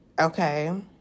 okay